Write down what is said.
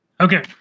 Okay